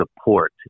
support